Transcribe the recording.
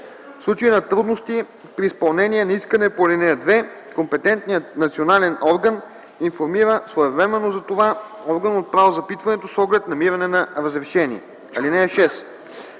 В случай на трудности при изпълнение на искане по ал. 2 компетентният национален орган информира своевременно за това органа, отправил запитването, с оглед намиране на разрешение. (6)